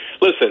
listen